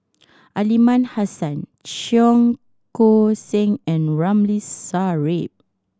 Aliman Hassan Cheong Koon Seng and Ramli Sarip